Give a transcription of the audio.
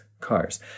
cars